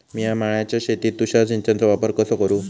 मिया माळ्याच्या शेतीत तुषार सिंचनचो वापर कसो करू?